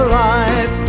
life